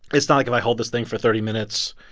it's not like if i hold this thing for thirty minutes,